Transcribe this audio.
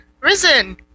Risen